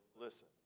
listen